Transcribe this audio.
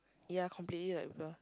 yea completely like blur